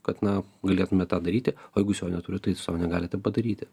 kad na galėtume tą daryti o jeigu jūs jo neturit tai sau negalite padaryti